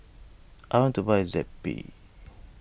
I want to buy Zappy